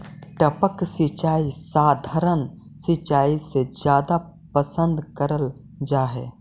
टपक सिंचाई सधारण सिंचाई से जादा पसंद करल जा हे